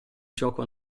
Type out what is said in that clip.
gioco